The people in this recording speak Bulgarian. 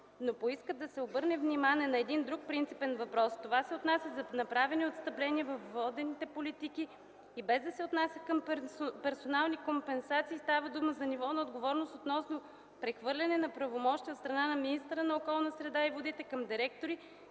но поиска да обърне внимание на един друг принципен въпрос. Това се отнася за направени отстъпления във водените политики и без да се отнася към персонални компетенции, става дума за ниво на отговорност относно прехвърляне на правомощия от страна на министъра на околната среда и водите към директори,